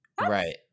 Right